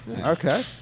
Okay